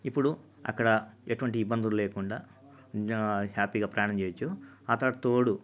ఇప్పుడు అక్కడ ఎటువంటి ఇబ్బందులు లేకుండా హ్యాపీగా ప్రయాణం చేయవచ్చు ఆ తరువాత తోడు